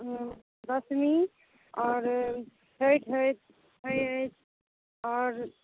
दशमी और छठि होयत अछि आओर